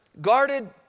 guarded